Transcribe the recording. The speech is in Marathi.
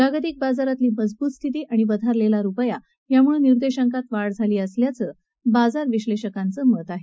जागतिक बाजारातली मजबूत स्थिती आणि वधारलेला रुपया यामुळे निर्देशांकात वाढ झाली असं बाजार विश्लेषकांचं मत आहे